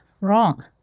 wrong